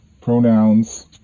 pronouns